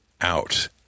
out